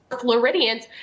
Floridians